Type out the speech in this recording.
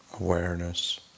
awareness